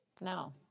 No